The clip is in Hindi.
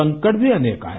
संकट भी अनेक आए